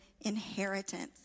inheritance